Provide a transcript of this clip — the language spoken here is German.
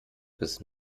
bis